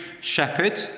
shepherd